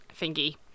thingy